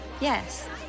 yes